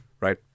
right